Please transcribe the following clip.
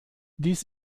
dies